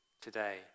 Today